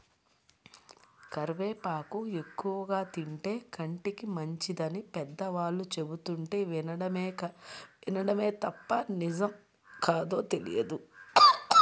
కరివేపాకు ఎక్కువగా తింటే కంటికి మంచిదని పెద్దవాళ్ళు చెబుతుంటే వినడమే తప్ప నిజమో కాదో తెలియదు